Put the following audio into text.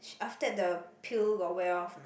sh~ after that the pill got wear off or not